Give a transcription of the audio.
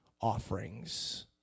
offerings